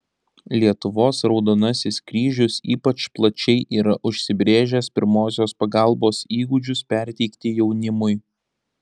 lietuvos raudonasis kryžius ypač plačiai yra užsibrėžęs pirmosios pagalbos įgūdžius perteikti jaunimui